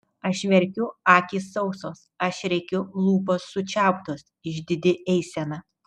aš verkiu akys sausos aš rėkiu lūpos sučiauptos išdidi eisena